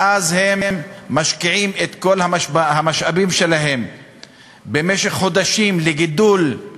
ואז הם משקיעים את כל המשאבים שלהם במשך חודשים בגידול גידולים כאלה,